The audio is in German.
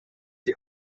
die